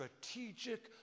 strategic